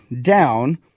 down